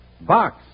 Box